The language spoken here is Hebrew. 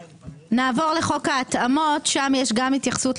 הנותר, נעבור להתאמות הפיסקליות.